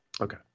okay